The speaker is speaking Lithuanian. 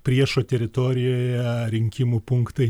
priešo teritorijoje rinkimų punktai